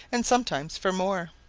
and sometimes for more.